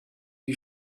you